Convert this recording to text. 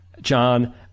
John